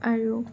আৰু